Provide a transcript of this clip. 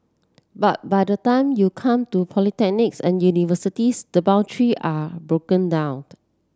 but by the time you come to polytechnics and universities the boundary are broken downed